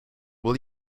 will